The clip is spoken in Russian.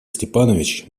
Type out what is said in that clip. степанович